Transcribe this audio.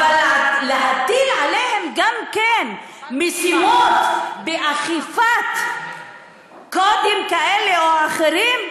אבל להטיל עליהם גם כן משימות של אכיפת קודים כאלה או אחרים?